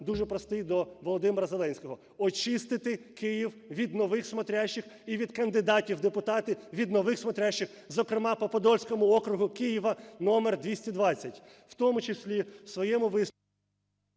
дуже простий до Володимира Зеленського. Очистити Київ від нових смотрящих і від кандидатів в депутати, від нових смотрящих, зокрема по Подільському округу Києва № 220. В тому числі в своєму виступі…